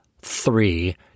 three